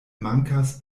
mankas